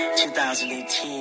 2018